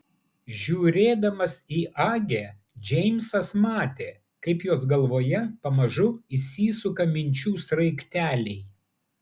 žiūrėdamas į agę džeimsas matė kaip jos galvoje pamažu įsisuka minčių sraigteliai